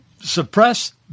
suppress